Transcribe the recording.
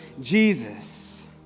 Jesus